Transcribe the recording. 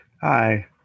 Hi